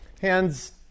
Hands